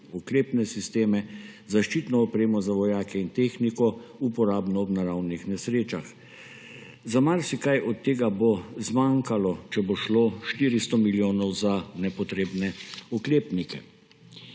protioklepne sisteme, zaščitno opremo za vojake in tehniko, uporabno ob naravnih nesrečah. Za marsikaj od tega bo zmanjkalo, če bo šlo 400 milijonov za nepotrebne oklepnike.